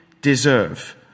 deserve